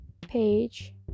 page